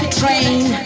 train